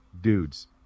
dudes